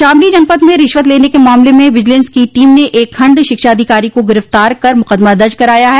शामली जनपद में रिश्वत लेने के मामले में बिजिलेंस की टीम ने एक खंड शिक्षा अधिकारी को गिरफ्तार कर मुकदमा दर्ज कराया है